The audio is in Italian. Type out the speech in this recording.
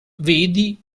vedi